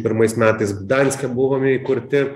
pirmais metais gdanske buvome įkurti